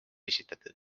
esitatud